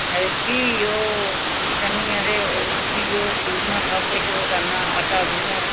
ते फ्ही ओह् आनियै ते फ्ही ओह् छूरना सब किश करना आटा गुन्नो